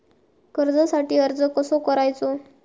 कर्जासाठी अर्ज कसो करायचो?